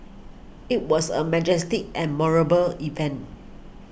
it was a majestic and moral ball event